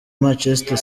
manchester